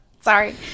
sorry